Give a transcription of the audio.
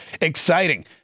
exciting